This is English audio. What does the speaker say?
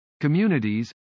communities